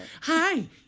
Hi